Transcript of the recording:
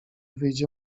wyjdzie